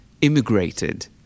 immigrated